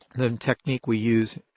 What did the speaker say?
the and technique we use,